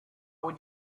would